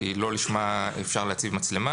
לא לשמה אפשר להציב מצלמה